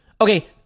Okay